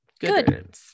Good